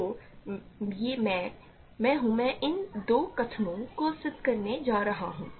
तो यह मैं हूँ मैं इन दो कथनों को सिद्ध करने जा रहा हूँ